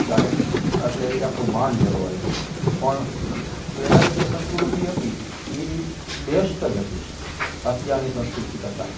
ચાલે એટલે એ આપણું માન જળવાઈ રહે પણ પહેલાંની જે સંસ્કૃતિ હતી એ બેસ્ટ જ હતી અત્યારની સંસ્કૃતિ કરતાં